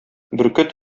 бөркет